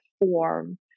form